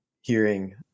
hearing